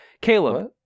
caleb